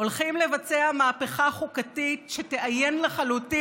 הולכים לבצע מהפכה חוקתית שתאיין לחלוטין